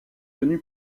tenu